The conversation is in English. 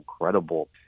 incredible